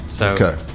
Okay